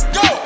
go